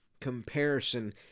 comparison